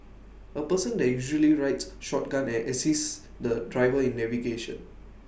A person that usually rides shotgun and assists the driver in navigation